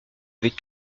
avait